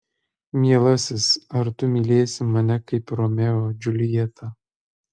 mielasis ar tu mylėsi mane kaip romeo džiuljetą